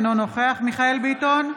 אינו נוכח מיכאל מרדכי ביטון,